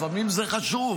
לפעמים זה חשוב.